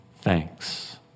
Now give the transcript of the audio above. thanks